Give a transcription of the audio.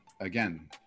again